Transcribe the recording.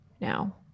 now